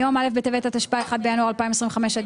מיום א' בטבת התשפ"ה (1 בינואר 2025) עד